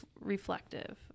reflective